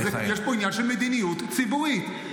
יש פה עניין של מדיניות ציבורית.